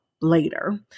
later